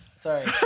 Sorry